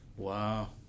Wow